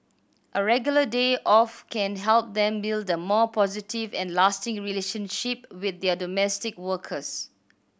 a regular day off can help them build a more positive and lasting relationship with their domestic workers